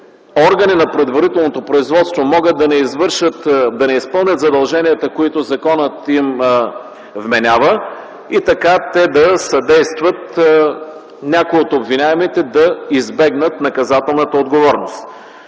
органи на предварителното производство могат да не изпълнят задълженията, които законът им вменява, и така те да съдействат някои от обвиняемите да избегнат наказателната отговорност.